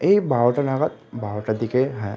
এই বারোটা নাগাদ বারোটার দিকে হ্যাঁ